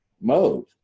mode